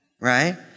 right